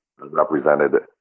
represented